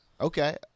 Okay